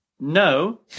no